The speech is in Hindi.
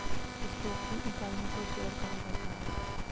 स्टॉक की इकाइयों को शेयर कहा जाता है